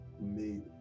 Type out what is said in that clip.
made